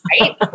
right